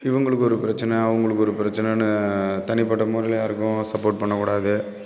இவங்களுக்கு ஒரு பிரச்சின அவங்களுக்கு ஒரு பிரச்சினனு தனிப்பட்ட முறையில் யாருக்கும் சப்போர்ட் பண்ணக்கூடாது